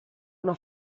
una